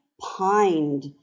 pined